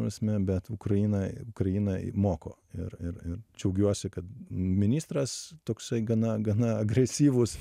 prasme bet ukraina ukraina moko ir ir ir džiaugiuosi kad ministras toksai gana gana agresyvus